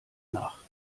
nach